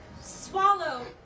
swallow